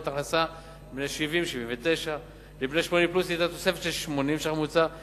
הכנסה בני 70 79. לבני 80 פלוס היתה תוספת של 80 ש"ח בממוצע.